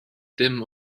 dim